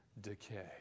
decay